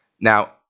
now